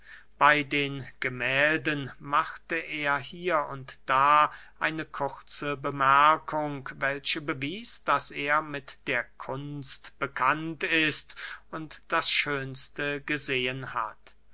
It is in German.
bey den gemählden machte er hier und da eine kurze bemerkung welche bewies daß er mit der kunst bekannt ist und das schönste gesehen hat